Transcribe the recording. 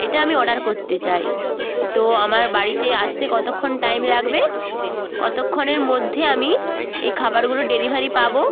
এটা আমি অর্ডার করতে চাই তো আমার বাড়িতে আসতে কতোক্ষণ টাইম লাগবে কতোক্ষণের মধ্যে আমি এই খাবারগুলোর ডেলিভারি পাবো